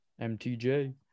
mtj